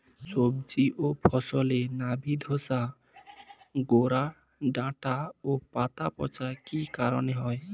সবজি ও ফসলে নাবি ধসা গোরা ডাঁটা ও পাতা পচা কি কারণে হয়?